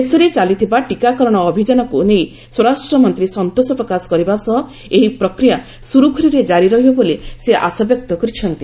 ଦେଶରେ ଚାଲିଥିବା ଟିକାକରଣ ଅଭିଯାନକୁ ନେଇ ସ୍ୱରାଷ୍ଟ୍ରମନ୍ତ୍ରୀ ସନ୍ତୋଷପ୍ରକାଶ କରିବା ସହ ଏହି ପ୍ରକ୍ରିୟା ସୁରୁଖୁରୁରେ ଜାରି ରହିବ ବୋଲି ସେ ଆଶାବ୍ୟକ୍ତ କରିଛନ୍ତି